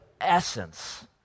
essence